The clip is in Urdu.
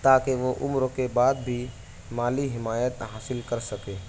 تاکہ وہ عمر کے بعد بھی مالی حمایت حاصل کر سکے